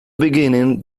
beginning